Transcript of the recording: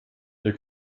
der